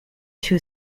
two